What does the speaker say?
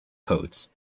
codes